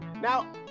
Now